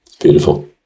beautiful